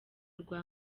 rwa